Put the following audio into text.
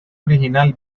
original